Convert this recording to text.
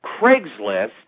Craigslist